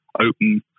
open